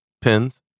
Pins